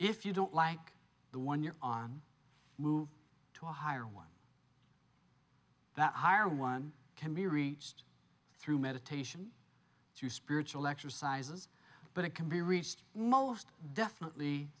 if you don't like the one you're on move to a higher one that higher one can be reached through meditation through spiritual exercises but it can be reached most definitely